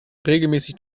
regelmäßig